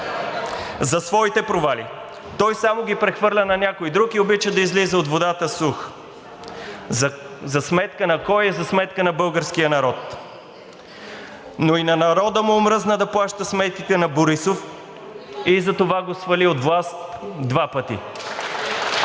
за своите провали. Той само ги прехвърля на някой друг и обича да излиза от водата сух. За сметка на кой е – за сметка на българския народ?! Но и на народа му омръзна да плаща сметките на Борисов и затова го свали от власт два пъти.